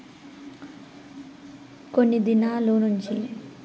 కొన్ని దినాలు నుంచి కాలీ ప్రైవేట్ జాగాలకు కూడా పన్నులు వసూలు చేస్తండారు